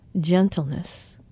gentleness